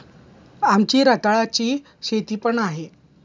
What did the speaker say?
आमची रताळ्याची शेती पण आहे